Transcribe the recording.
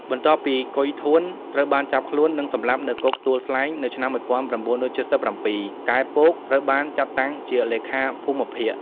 បន្ទាប់ពី កុយ ធួន ត្រូវបានចាប់ខ្លួន និងសម្លាប់នៅគុកទួលស្លែង នៅឆ្នាំ១៩៧៧ កែ ពក ត្រូវបានចាត់តាំងជាលេខាភូមិភាគ។